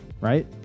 right